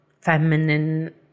feminine